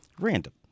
Random